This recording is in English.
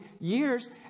years